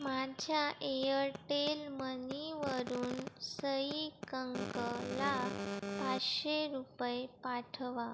माझ्या एअरटेल मनीवरून सई कंकला पाचशे रुपये पाठवा